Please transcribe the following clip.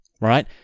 Right